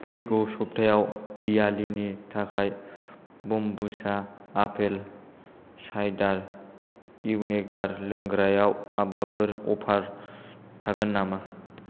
फैगौ सबथायाव दिवालीनि थाखाय बम्बुचा आपेल सायदार इउनेगार लोंग्रायाव माबाफोर अफार थागोन नामा